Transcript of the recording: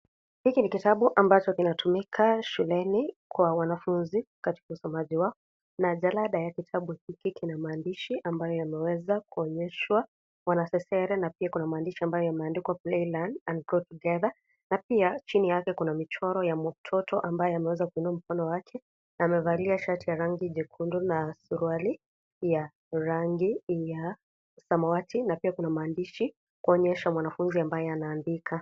Hiki ni kitabu ambacho kinatumika shuleni kwa wanafunzi katika usomaji wao na jalada la kitabu hiki iko na maandishi ambayo yameweza kuonyesha mwanaseaera na pia kuna maandishi ambayo yameandikwa play learn and grow together na pia chini yake Kuna michoro ya Mtoto ambaye ameweza kuinua mkono wake, amevalia shati ya rangi nyekundu na suruali ya rangi ya samawati na pia Kuna maandishi kuonyesha mwanafunzi ambaye anaandika.